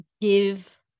give